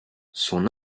son